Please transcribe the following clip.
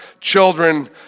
children